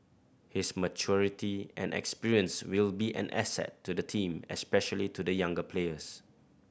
his maturity and experience will be an asset to the team especially to the younger players